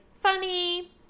funny